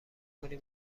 کنی